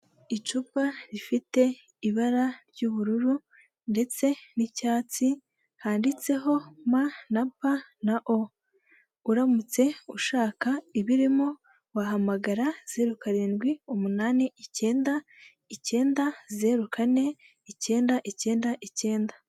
Icupa rifite ibara ry'ubururu ndetse n'icyatsi, handitseho m na p na o. Uramutse ushaka ibirimo wahamagara zeru, karindwi, umunani, icyenda, icyenda, zeru, kane, icyenda, icyenda, icyenda.